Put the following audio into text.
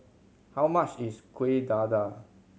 how much is Kuih Dadar